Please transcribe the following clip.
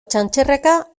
txantxerreka